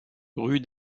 rue